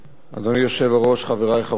אדוני היושב-ראש, חברי חברי הכנסת,